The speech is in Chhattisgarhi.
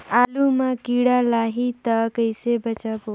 आलू मां कीड़ा लाही ता कइसे बचाबो?